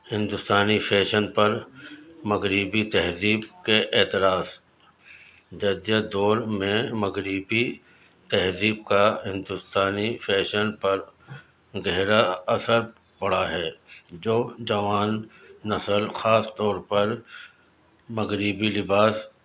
ہندوستانی فیشن پر مغربی تہذیب کے اعتراض جدید دور میں مغربی تہذیب کا ہندوستانی فیشن پر گہرا اثر پڑا ہے جو جوان نسل خاص طور پر مغربی لباس